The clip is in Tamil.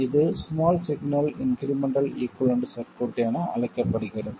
இது small signal incremental equivalent circuit என அழைக்கப்படுகிறது